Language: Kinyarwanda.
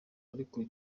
ariko